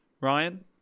Ryan